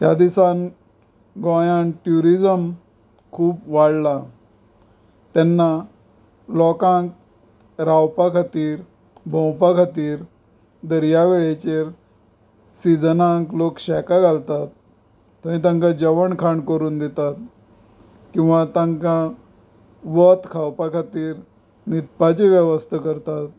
ह्या दिसांनी गोंयांत टुरिजम खूब वाडलां तेन्ना लोकांक रावपा खातीर भोंवपा खातीर दर्या वेळेचेर सिजनाक लोक शेकां घालतात थंय तांकां जेवण खाण करून दितात किंवा तांकां वत खावपा खातीर न्हिदपाची वेवस्था करतात